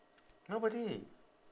nobody